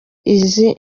izi